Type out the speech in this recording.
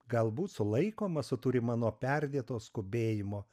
galbūt sulaikoma suturima nuo perdėto skubėjimo